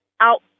out